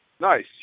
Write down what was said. Nice